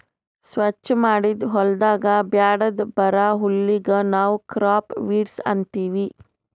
ಸ್ವಚ್ ಮಾಡಿದ್ ಹೊಲದಾಗ್ ಬ್ಯಾಡದ್ ಬರಾ ಹುಲ್ಲಿಗ್ ನಾವ್ ಕ್ರಾಪ್ ವೀಡ್ಸ್ ಅಂತೀವಿ